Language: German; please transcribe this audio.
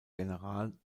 general